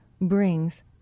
brings